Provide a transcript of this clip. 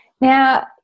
now